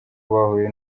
bahuye